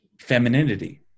femininity